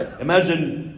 imagine